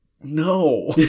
no